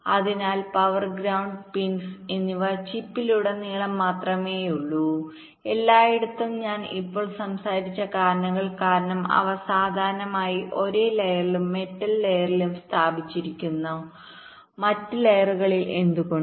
അതിനാൽ power ground പിൻസ്എന്നിവ ചിപ്പിലുടനീളം മാത്രമേയുള്ളൂ എല്ലായിടത്തും ഉണ്ട് ഞാൻ ഇപ്പോൾ സംസാരിച്ച കാരണങ്ങൾ കാരണം അവ സാധാരണയായി ഒരേ ലെയറിലും മെറ്റൽ ലെയറിലും സ്ഥാപിച്ചിരിക്കുന്നു മറ്റ് ലെയറുകളിൽ എന്തുകൊണ്ട്